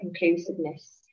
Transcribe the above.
inclusiveness